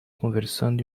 conversando